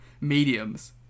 mediums